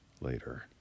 later